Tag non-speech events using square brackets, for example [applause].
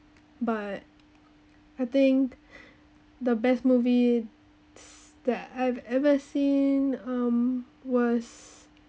but I think [breath] the best movie [noise] that I've ever seen um was